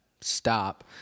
stop